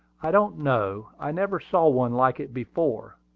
i don't know i never saw one like it before.